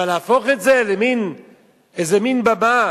אבל להפוך את זה לאיזה מין במה,